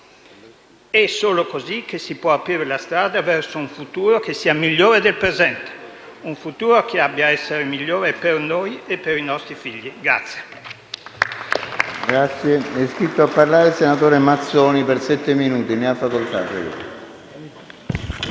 È solo così che si può aprire la strada verso un futuro che sia migliore del presente: un futuro che abbia ad essere migliore per noi e per i nostri figli.